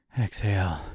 exhale